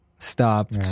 Stop